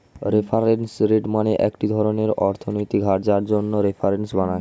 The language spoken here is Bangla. রেফারেন্স রেট মানে একটি ধরনের অর্থনৈতিক হার যার জন্য রেফারেন্স বানায়